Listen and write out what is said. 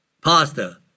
pasta